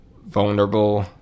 vulnerable